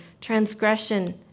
transgression